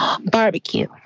Barbecue